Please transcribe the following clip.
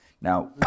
Now